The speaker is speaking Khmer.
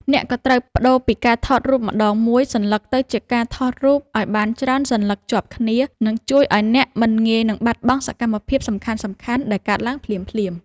អ្នកក៏ត្រូវប្ដូរពីការថតរូបម្ដងមួយសន្លឹកទៅជាការថតរូបឱ្យបានច្រើនសន្លឹកជាប់គ្នា និង ជួយឱ្យអ្នកមិនងាយនឹងបាត់បង់សកម្មភាពសំខាន់ៗដែលកើតឡើងភ្លាមៗ។